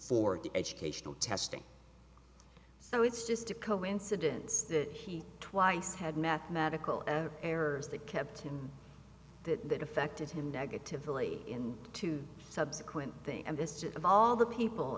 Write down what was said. the educational testing so it's just a coincidence that he twice had mathematical error errors that kept him that that affected him negatively in two subsequent thing and instead of all the people